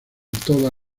toda